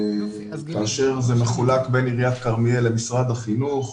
כאשר זה מחולק בין עיריית כרמיאל למשרד החינוך.